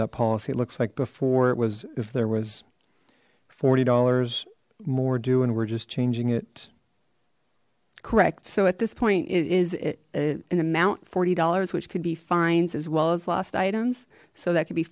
that policy looks like before it was if there was forty dollars more do and we're just changing it correct so at this point it is it an amount forty dollars which could be fines as well as lost items so that c